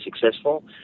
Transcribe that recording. successful